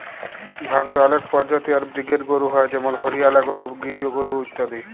ভারতে অলেক পরজাতি আর ব্রিডের গরু হ্য় যেমল হরিয়ালা গরু, গির গরু ইত্যাদি